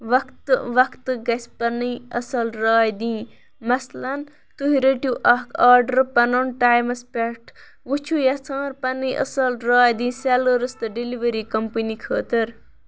وقتہٕ وقتہٕ گژھِ پَننُے اصل راے دِنۍ مثلًا تُہی رٔٹو اکھ آڈرٕ پَنُن ٹایمس پیٹھ وۄنۍ چھُو یژھان پَننۍ اصل راے دِنۍ سیلٲرس تہٕ ڈِلوری کمپنی خٲطرٕ